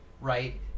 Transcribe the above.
right